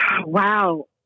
wow